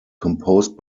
composed